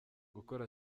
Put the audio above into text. gukora